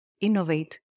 innovate